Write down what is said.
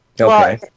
Okay